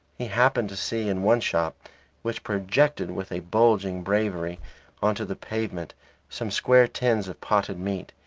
he happened to see in one shop which projected with a bulging bravery on to the pavement some square tins of potted meat,